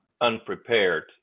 unprepared